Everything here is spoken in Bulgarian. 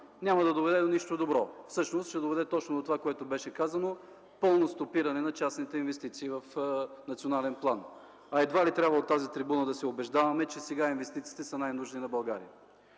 няма да доведе до нищо добро. Всъщност ще доведе точно до това, което беше казано – пълно стопиране на частните инвестиции в национален план. Едва ли от тази трибуна трябва да се убеждаваме, че сега инвестициите са най-нужни на България.